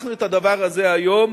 את הדבר הזה אנחנו היום